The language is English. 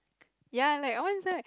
ya like when is that